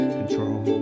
control